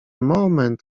moment